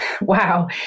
wow